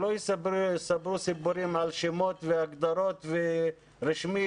שלא יספרו סיפורים על שמות והגדרות ורשמי